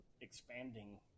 expanding